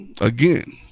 again